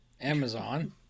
Amazon